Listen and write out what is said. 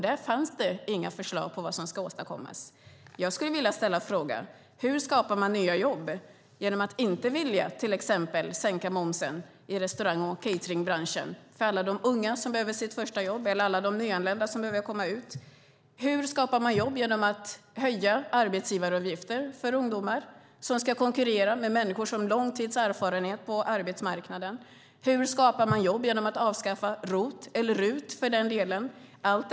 Där fanns det inga förslag på vad som ska åstadkommas. Jag skulle vilja fråga: Hur skapar man nya jobb genom att till exempel inte vilja sänka momsen i restaurang och cateringbranschen med tanke på alla unga som behöver få sitt första jobb eller alla nyanlända som behöver komma ut på arbetsmarknaden? Hur skapar man jobb genom att höja arbetsgivaravgiften för ungdomar som ska konkurrera med människor som har lång erfarenhet på arbetsmarknaden? Hur skapar man jobb genom att avskaffa ROT, eller för den delen RUT?